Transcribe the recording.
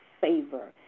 favor